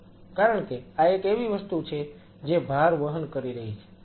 કારણ કે આ એક એવી વસ્તુ છે જે ભાર વહન કરી રહી છે